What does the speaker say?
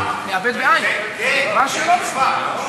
מעל הבמה הזאת: אמרתי קודם שהמשבר של החקלאות,